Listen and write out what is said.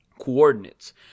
coordinates